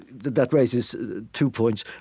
that raises two points.